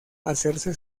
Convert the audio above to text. hacerse